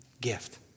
gift